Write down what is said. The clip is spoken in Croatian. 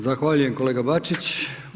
Zahvaljujem kolega Bačić.